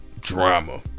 Drama